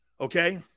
Okay